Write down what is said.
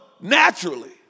naturally